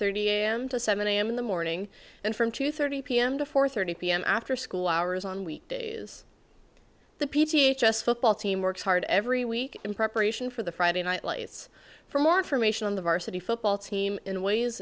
thirty am to seven am in the morning and from two thirty pm to four thirty pm after school hours on weekdays the p t a h s football team works hard every week in preparation for the friday night lights for more information on the varsity football team in ways